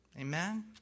Amen